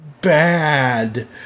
bad